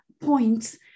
points